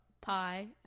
pie